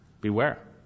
Beware